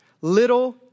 Little